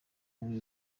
muri